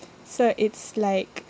so it's like